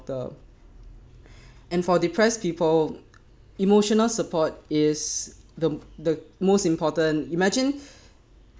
doctor and for depressed people emotional support is the the most important imagine